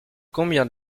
combien